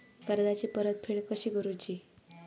कर्जाची परतफेड कशी करूची?